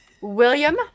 William